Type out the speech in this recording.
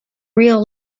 reel